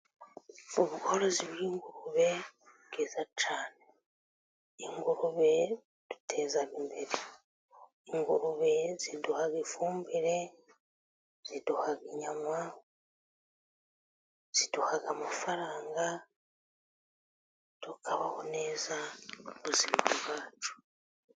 Ubworozi bw'ingurube ni bwiza cyane. Ingurube ziduteza imbere, ingurube ziduha ifumbire, ziduha inyama, ziduha amafaranga tukabaho neza mu buzima bwacu.